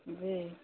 जी